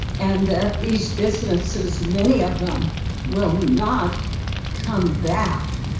and that these businesses, many of them will not come back.